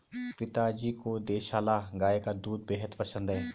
पिताजी को देसला गाय का दूध बेहद पसंद है